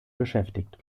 beschäftigt